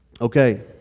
Okay